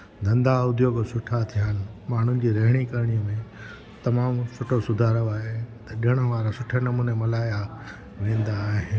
धंदा उद्योग सुठा थिया आहिनि माण्हुनि जी रहिणी करिणी तमामु सुठो सुधारियो आहे ऐं ॾिण वार सुठे नमूने मल्हाया वेंदा आहिनि